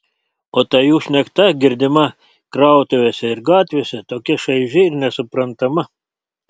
o ta jų šnekta girdima krautuvėse ir gatvėse tokia šaiži ir nesuprantama